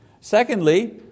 Secondly